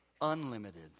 unlimited